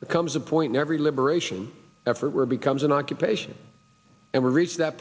becomes a point every liberation effort where becomes an occupation and we reach that